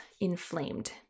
inflamed